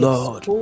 Lord